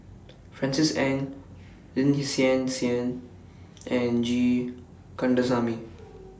Francis Ng Lin Hsin Hsin and G Kandasamy